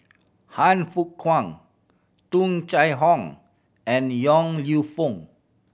Han Fook Kwang Tung Chye Hong and Yong Lew Foong